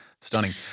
stunning